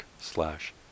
slash